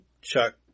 Chuck